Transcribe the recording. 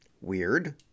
Weird